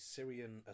Syrian